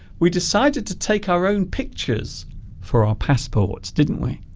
we decided to take our own pictures for our passports didn't we